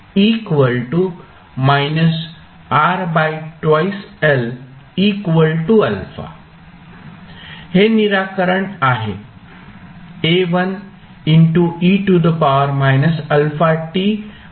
हे निराकरण आहे